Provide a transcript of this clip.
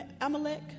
Amalek